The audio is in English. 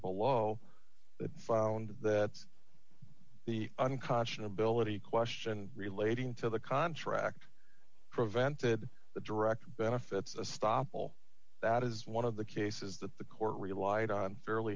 below that found that the unconscionable any question relating to the contract prevented the direct benefits of stoppel that is one of the cases that the court relied on fairly